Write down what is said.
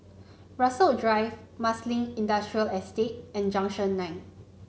Rasok Drive Marsiling Industrial Estate and Junction Nine